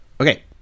Okay